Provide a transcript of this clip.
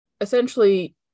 essentially